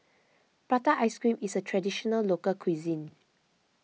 Prata Ice Cream is a Traditional Local Cuisine